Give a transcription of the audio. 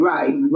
Right